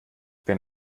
wenn